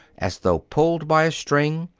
as though pulled by a string,